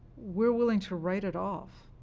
we're willing to write it off,